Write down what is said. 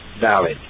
valid